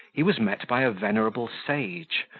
he was met by a venerable sage,